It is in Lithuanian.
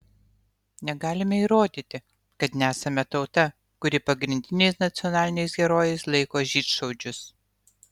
negalime įrodyti kad nesame tauta kuri pagrindiniais nacionaliniais herojais laiko žydšaudžius